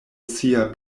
sia